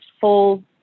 full